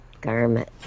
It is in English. garment